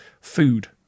Food